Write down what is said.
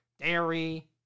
dairy